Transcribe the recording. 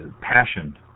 passion